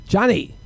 Johnny